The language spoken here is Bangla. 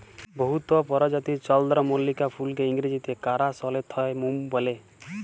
বহুত পরজাতির চল্দ্রমল্লিকা ফুলকে ইংরাজিতে কারাসলেথেমুম ফুল ব্যলে